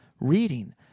reading